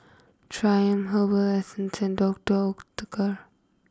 Triumph Herbal Essences and Doctor Oetker